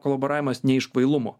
kolaboravimas ne iš kvailumo